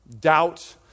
doubt